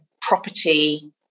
property